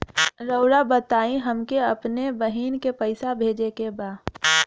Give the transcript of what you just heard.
राउर बताई हमके अपने बहिन के पैसा भेजे के बा?